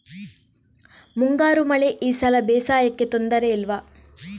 ಮುಂಗಾರು ಮಳೆ ಈ ಸಲ ಬೇಸಾಯಕ್ಕೆ ತೊಂದರೆ ಇಲ್ವ?